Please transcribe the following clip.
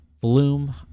bloom